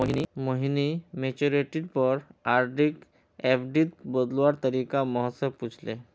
मोहिनी मैच्योरिटीर पर आरडीक एफ़डीत बदलवार तरीका मो से पूछले